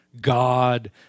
God